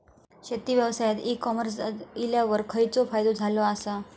शेती व्यवसायात e-commerce इल्यावर खयचो फायदो झालो आसा?